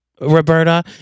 roberta